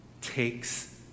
takes